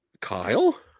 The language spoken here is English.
Kyle